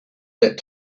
that